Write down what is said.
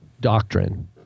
doctrine